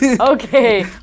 Okay